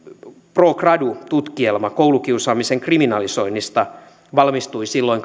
pro gradu tutkielma koulukiusaamisen kriminalisoinnista valmistui silloin